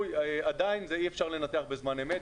עדיין אי אפשר לנתח בזמן אמת.